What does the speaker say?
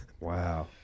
Wow